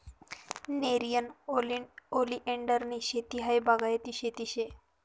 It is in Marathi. नेरियन ओलीएंडरनी शेती हायी बागायती शेती शे